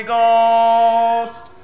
Ghost